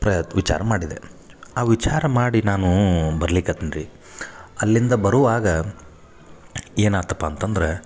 ಪ್ರಯತ್ ವಿಚಾರ ಮಾಡಿದೆ ಆ ವಿಚಾರ ಮಾಡಿ ನಾನು ಬರ್ಲಿಕತ್ತಿನಿ ರೀ ಅಲ್ಲಿಂದ ಬರುವಾಗ ಏನಾತಪ್ಪ ಅಂತಂದ್ರೆ